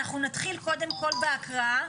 אנחנו נתחיל קודם כל בהקראה.